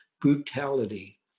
brutality